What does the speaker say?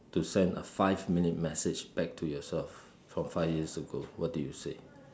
to send a five minute message back to yourself from five years ago what do you say